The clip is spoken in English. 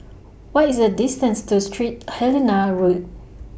What IS The distance to Street Helena Road